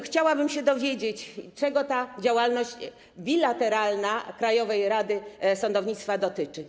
Chciałabym się dowiedzieć, czego ta działalność bilateralna Krajowej Rady Sądownictwa dotyczy.